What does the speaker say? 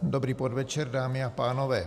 Dobrý večer dámy a pánové.